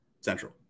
central